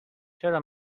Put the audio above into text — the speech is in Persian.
چرا